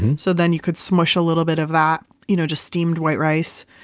so then you could smush a little bit of that you know just steamed white rice,